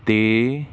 ਦੇ